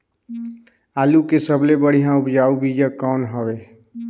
आलू के सबले बढ़िया उपजाऊ बीजा कौन हवय?